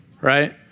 Right